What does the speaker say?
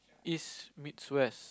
East meets West